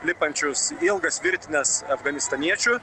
lipančius ilgas virtines afganistaniečių